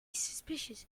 suspicions